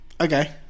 Okay